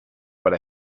but